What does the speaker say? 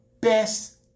best